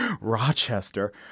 Rochester